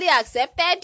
accepted